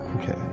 Okay